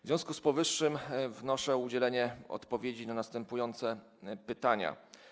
W związku z powyższym wnoszę o udzielenie odpowiedzi na następujące pytania.